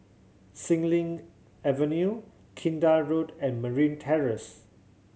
Xilin Avenue Kinta Road and Marine Terrace